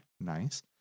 Nice